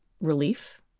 relief